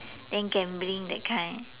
then gambling that kind